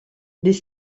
des